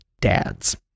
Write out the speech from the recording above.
dads